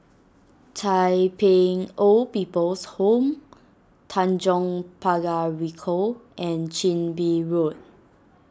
Tai Pei Old People's Home Tanjong Pagar Ricoh and Chin Bee Road